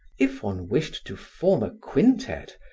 if one wished to form a quintet,